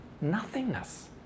nothingness